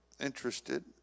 interested